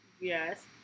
Yes